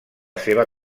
seva